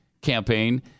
campaign